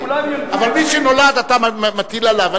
אבל מי שנולד, אתה מטיל עליו?